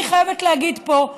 אני חייבת להגיד פה,